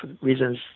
reasons